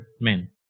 men